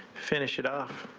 finish it off